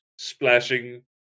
splashing